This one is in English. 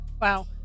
Wow